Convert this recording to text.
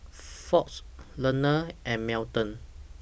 Ford Leaner and Melton